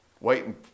waiting